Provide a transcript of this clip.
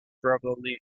probably